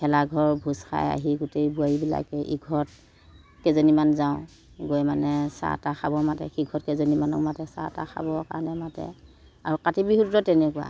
ভেলাঘৰ ভোজ ভাত খাই গোটেই বোৱাৰীবিলাকে ইঘৰত কেইজনীমান যাওঁ গৈ মানে চাহ তাহ খাব মাতে সিঘৰত কেইজনীমানক মাতে চাহ তাহ খাবৰ কাৰণে মাতে আৰু কাতি বিহুটোতো তেনেকুৱা